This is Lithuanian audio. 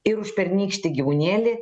ir užpernykštį gyvūnėlį